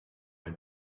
ein